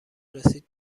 رسید